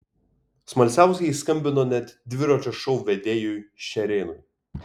smalsiausieji skambino net dviračio šou vedėjui šerėnui